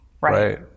Right